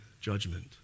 judgment